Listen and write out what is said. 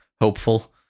hopeful